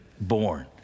born